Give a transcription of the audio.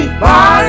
body